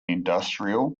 industrial